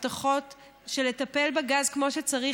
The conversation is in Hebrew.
הבטחות של לטפל בגז כמו שצריך,